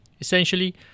Essentially